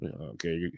Okay